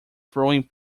throwing